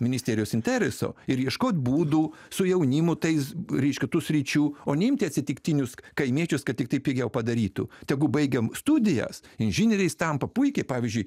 ministerijos interesų ir ieškot būdų su jaunimu tais reiški tų sričių o neimti atsitiktinius kaimiečius kad tiktai pigiau padarytų tegu baigiam studijas inžinieriais tampa puikiai pavyzdžiui